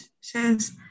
says